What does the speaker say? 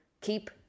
keep